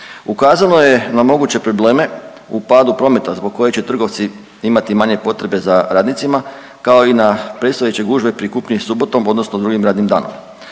Ukazano je na moguće probleme u padu prometa zbog kojeg će trgovci imati manje potrebe za radnicima, kao i na predstojeće gužve pri kupnji subotom odnosno drugim radnim danom.